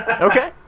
Okay